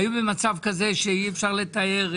היו במצב כזה שאי אפשר לתאר,